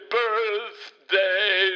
birthday